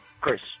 Chris